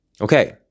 Okay